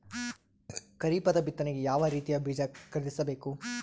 ಖರೀಪದ ಬಿತ್ತನೆಗೆ ಯಾವ್ ರೀತಿಯ ಬೀಜ ಖರೀದಿಸ ಬೇಕು?